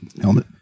helmet